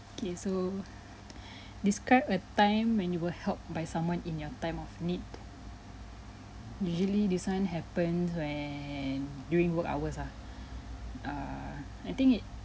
okay so describe a time when you were helped by someone in your time of need usually this one happens when during work hours ah err I think it